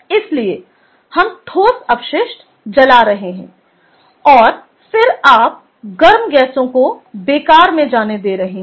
इसलिए हम ठोस अपशिष्ट जला रहे है और फिर आप गर्म गैसों को बेकार में जाने दे रहे हैं